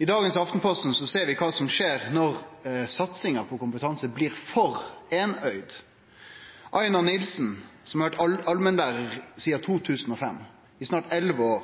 I Aftenposten i dag ser vi kva som skjer når satsinga på kompetanse blir for einøygd. Anette Nilssen, som har vore allmennlærar sidan 2005 – i snart elleve år